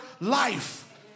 life